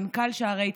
מנכ"ל שערי צדק: